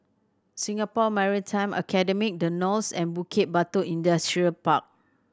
Singapore Maritime Academy The Knolls and Bukit Batok Industrial Park